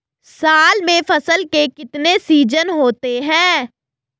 साल में फसल के कितने सीजन होते हैं?